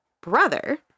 brother